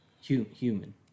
Human